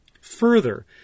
Further